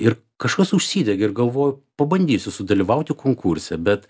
ir kažkas užsidegė ir galvoju pabandysiu sudalyvauti konkurse bet